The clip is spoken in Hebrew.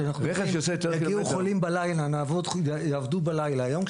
שאנחנו אומרים שיגיעו חולים בלילה ויעבדו בלילה היום,